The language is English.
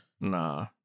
Nah